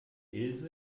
ilse